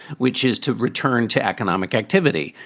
which is to return to economic activity.